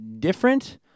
different